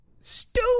stupid